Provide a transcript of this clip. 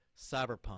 Cyberpunk